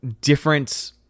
different